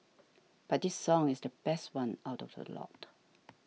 but this song is the best one out of the lot